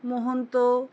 Mahanta